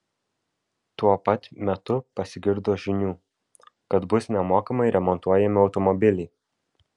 tuo pat metu pasigirdo žinių kad bus nemokamai remontuojami automobiliai